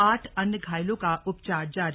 आठ अन्य घायलों का उपचार जारी